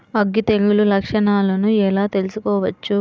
అగ్గి తెగులు లక్షణాలను ఎలా తెలుసుకోవచ్చు?